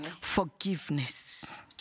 Forgiveness